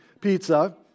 pizza